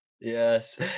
yes